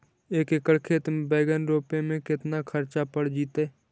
एक एकड़ खेत में बैंगन रोपे में केतना ख़र्चा पड़ जितै?